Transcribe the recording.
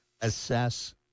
assess